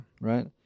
right